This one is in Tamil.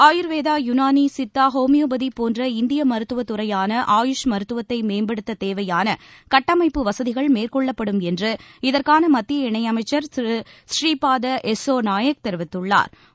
ஆயுா்வேதா யுனானி சித்தா ஹோமியோபதி போன்ற இந்திய மருத்துவத் துறையான ஆயுஷ் மருத்துவத்தை மேம்படுத்த தேவையான கட்டமைப்பு வசதிகள் மேற்கொள்ளப்படும் என்று இதற்கான மத்திய இணையமைச்சா் திரு ஸ்ரீபாத யெஸ்ஸோநாயக் தெரிவித்துள்ளாா்